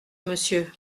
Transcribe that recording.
monsieur